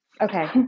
okay